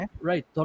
right